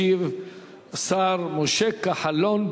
ישיב השר משה כחלון,